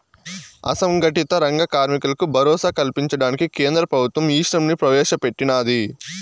అసంగటిత రంగ కార్మికులకు భరోసా కల్పించడానికి కేంద్ర ప్రభుత్వం ఈశ్రమ్ ని ప్రవేశ పెట్టినాది